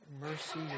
mercy